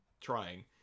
trying